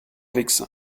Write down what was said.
vexin